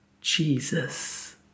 Jesus